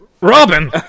Robin